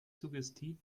suggestiv